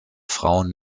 frauen